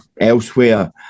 elsewhere